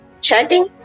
chatting